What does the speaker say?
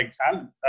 talent